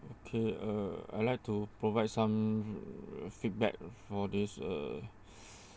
okay uh I like to provide some feedback for this uh